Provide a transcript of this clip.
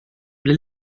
blir